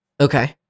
Okay